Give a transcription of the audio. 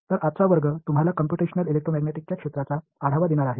तर आजचा वर्ग तुम्हाला कॉम्प्यूटेशनल इलेक्ट्रोमॅग्नेटिक्सच्या क्षेत्राचा आढावा देणार आहे